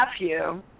nephew